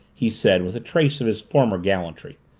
he said with a trace of his former gallantry.